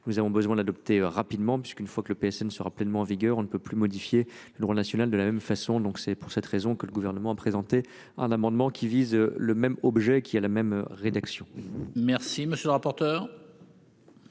Nous avons besoin d'adopter rapidement puisqu'une fois que le PSN ne sera pleinement en vigueur. On ne peut plus modifier le droit national de la même façon, donc c'est pour cette raison que le gouvernement a présenté un amendement qui vise le même objet, qui a la même rédaction.